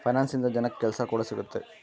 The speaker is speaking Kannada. ಫೈನಾನ್ಸ್ ಇಂದ ಜನಕ್ಕಾ ಕೆಲ್ಸ ಕೂಡ ಸಿಗುತ್ತೆ